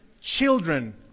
children